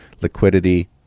Liquidity